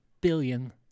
billion